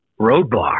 roadblock